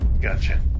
Gotcha